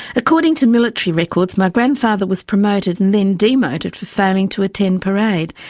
according to military records my grandfather was promoted and then demoted for failing to attend parade,